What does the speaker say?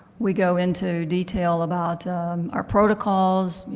we go into detail about our protocols.